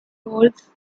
colts